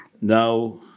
now